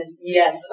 Yes